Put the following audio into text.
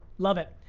love it,